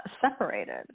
separated